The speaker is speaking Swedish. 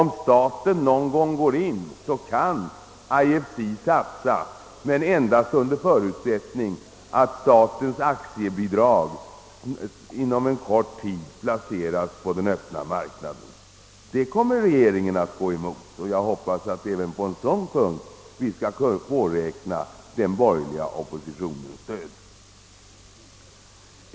Om staten någon gång går in, så kan IFC satsa endast under förutsättning att statens aktiebidrag inom kort tid placeras på den öppna marknaden. Detta kommer regeringen att gå emot, och jag hoppas att vi även på en sådan punkt skall kunna påräkna den borgerliga oppositionens stöd.